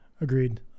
agreed